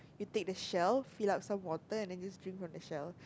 he take the shell fill up some water and then just drink from the shell